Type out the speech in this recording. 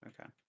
Okay